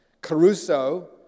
caruso